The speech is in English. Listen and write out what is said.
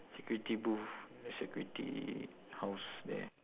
security booth the security house there